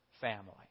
family